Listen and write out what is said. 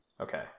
okay